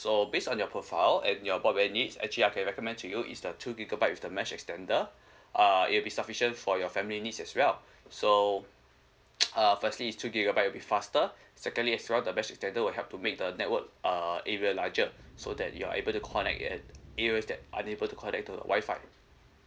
so based on your profile and your broadband needs actually I can recommend to you is the two gigabyte with the mesh extender uh it'll be sufficient for your family needs as well so uh firstly is two gigabyte will be faster secondly as well the mesh extender will help to make the network uh area larger so that you're able to connect at areas that unable to connect to the Wi-Fi